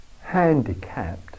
handicapped